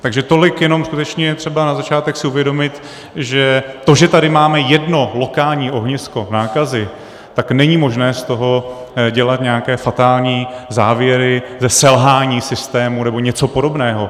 Takže tolik jenom skutečně je třeba na začátek si uvědomit, že to, že tady máme jedno lokální ohnisko nákazy, tak není možné z toho dělat nějaké fatální závěry ze selhání systému nebo něco podobného.